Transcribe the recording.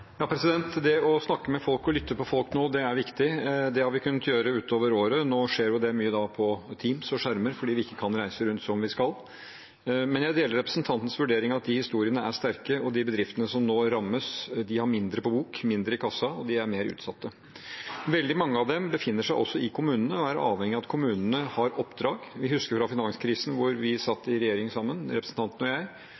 viktig. Det har vi kunnet gjøre utover året. Nå skjer det mye på Teams og skjermer fordi vi ikke kan reise rundt som vi skal, men jeg deler representantens vurdering av at de historiene er sterke. De bedriftene som nå rammes, har mindre på bok, mindre i kassa, og de er mer utsatt. Veldig mange av dem befinner seg i kommunene og er avhengige av at kommunene har oppdrag. Vi husker fra finanskrisen da vi satt